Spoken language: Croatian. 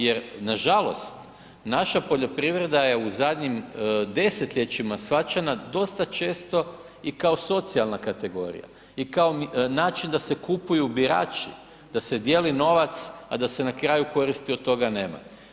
Jer nažalost naša poljoprivreda je u zadnjim desetljećima shvaćena dosta često i kao socijalna kategorija i kao način da se kupuju birači, da se dijeli novac a da se na kraju koristi od toga nema.